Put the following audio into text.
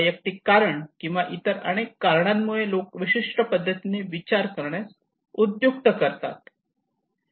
वैयक्तिक कारण किंवा इतर अनेक कारणांमुळे लोक विशिष्ट पद्धतीने विचार करण्यास उद्युक्त करतात